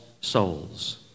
souls